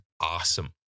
awesome